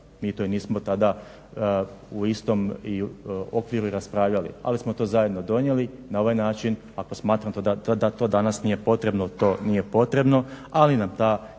mi to i nismo tada u istom i okviru i raspravljali. Ali smo to zajedno donijeli na ovaj način. Ako smatram da to danas nije potrebno to nije potrebno, ali nam ta jedna